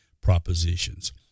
propositions